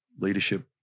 leadership